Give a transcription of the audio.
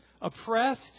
oppressed